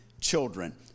children